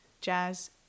Jazz